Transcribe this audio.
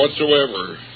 whatsoever